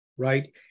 right